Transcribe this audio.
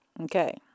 okay